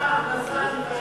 כמה הכנסה,